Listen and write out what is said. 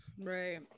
right